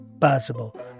possible